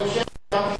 מה שאתה אומר עכשיו.